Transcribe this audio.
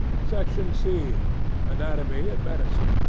section c anatomy and medicine.